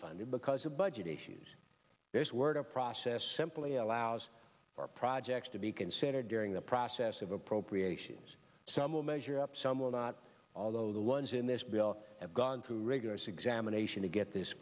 funded because of budget issues there's word a process simply allows for projects to be considered during the process of appropriations some will measure up some will not although the ones in this bill have gone through rigorous examination to get this